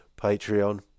Patreon